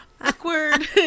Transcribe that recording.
Awkward